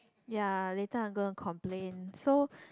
ya later I gonna complain so